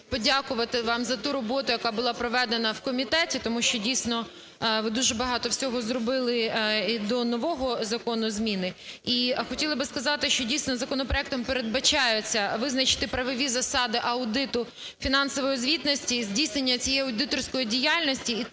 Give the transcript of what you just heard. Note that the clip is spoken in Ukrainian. подякувати вам за ту роботу, яка була проведена в комітеті. Тому що, дійсно, ви дуже багато всього зробили і до нового закону зміни. І хотіла би сказати, що, дійсно, законопроектом передбачається визначити правові засади аудиту, фінансової звітності і здійснення цієї аудиторської діяльності.